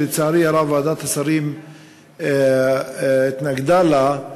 שלצערי הרב ועדת השרים התנגדה לה,